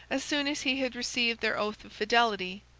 as soon as he had received their oath of fidelity,